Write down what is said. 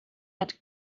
had